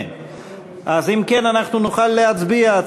אם כן, אנחנו נוכל להצביע.